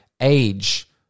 age